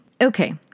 Okay